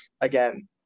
again